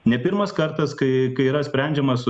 ne pirmas kartas kai kai yra sprendžiamas